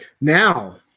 Now